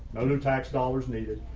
no tax dollars needed,